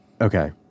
Okay